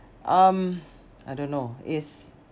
um I don't know it's